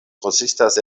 konsistas